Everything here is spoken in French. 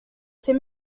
ses